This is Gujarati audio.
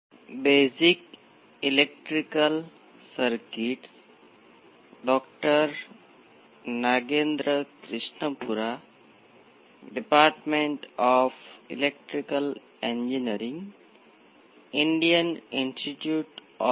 આપેલ પ્રથમ ઓર્ડર RC સર્કિટમાં સાઇન્યુસોઇડલ સિગ્નલ પર રેખીય પ્રણાલીનો સાઇનુંસોઇડલ અને કેટલાક V p નું એપ્લિટ્યુડ છે